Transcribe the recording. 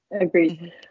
Agreed